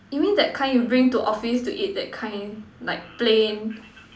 you mean that kind you bring to office to eat that kind like plain